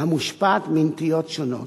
המושפעת מנטיות שונות.